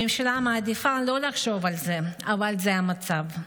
הממשלה מעדיפה לא לחשוב על זה, אבל זה המצב.